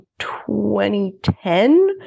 2010